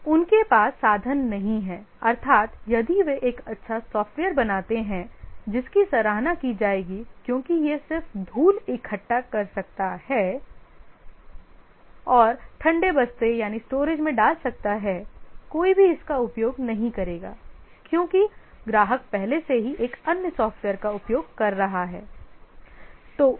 उनके पास साधन नहीं है अर्थात यदि वे एक अच्छा सॉफ्टवेयर बनाते हैं जिसकी सराहना की जाएगी क्योंकि यह सिर्फ धूल इकट्ठा कर सकता है और ठंडे बस्ते में डाल सकता है कोई भी इसका उपयोग नहीं करेगा क्योंकि ग्राहक पहले से ही एक अन्य सॉफ्टवेयर का उपयोग कर रहा है